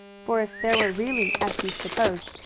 for if there were really, as he supposed,